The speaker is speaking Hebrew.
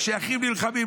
כשאחים נלחמים,